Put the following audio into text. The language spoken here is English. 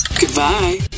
Goodbye